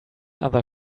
other